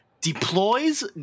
Deploys